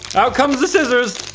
how comes the scissors?